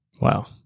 Wow